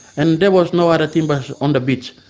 and there was no other timbers on the beach.